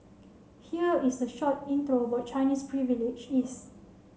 here is a short intro what Chinese Privilege is